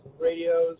radios